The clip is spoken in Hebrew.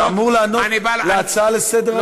אתה אמור לענות להצעה לסדר-היום בנושא.